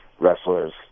wrestlers